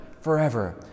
Forever